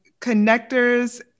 Connectors